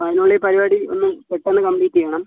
അതിനുള്ളിൽ പരിപാടി ഒന്ന് പെട്ടെന്ന് കംപ്ലീറ്റ് ചെയ്യണം